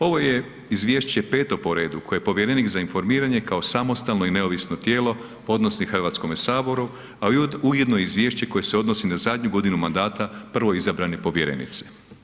Ovo je izvješće 5 po redu koje povjerenik za informiranje kao samostalno i neovisno tijelo podnosi HS-u, a ujedno je izvješće koje se odnosi na zadnju godinu mandata prvoizabrane povjerenice.